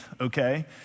Okay